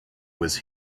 was